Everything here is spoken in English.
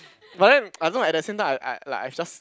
but then I know at that same time I I like I just